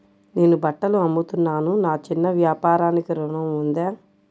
నేను బట్టలు అమ్ముతున్నాను, నా చిన్న వ్యాపారానికి ఋణం ఉందా?